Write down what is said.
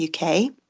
UK